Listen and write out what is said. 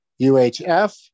UHF